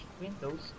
Windows